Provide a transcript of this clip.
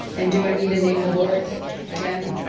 and do i need to name the boards again?